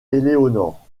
éléonore